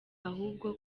ahubwo